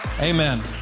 Amen